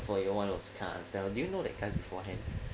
for your [one] I also kind of understand ah do you know that guy beforehand